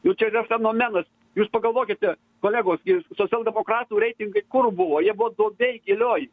nu čia yra fenomenas jūs pagalvokite kolegos ir socialdemokratų reitingai kur buvo jie buvo duobėj gilioj